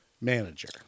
manager